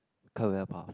career path